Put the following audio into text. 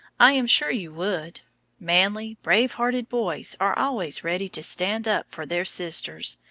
i am sure you would manly, brave hearted boys are always ready to stand up for their sisters,